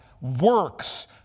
works